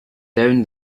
down